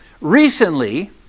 recently